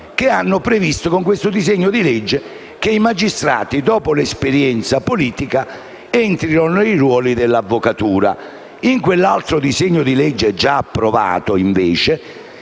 che hanno previsto con questo disegno di legge che i magistrati, dopo l'esperienza politica, entrino nei ruoli dell'avvocatura. In quell'altro disegno di legge già approvato invece